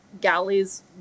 galleys